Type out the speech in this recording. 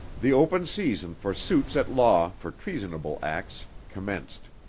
the open season for suits at law for treasonable acts commenced.